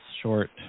short